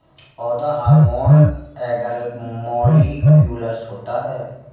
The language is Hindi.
पौधा हार्मोन एकल मौलिक्यूलस होता है